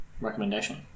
recommendation